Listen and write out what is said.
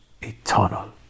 eternal